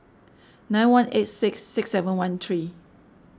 nine one eight six six seven one three